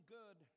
good